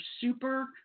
super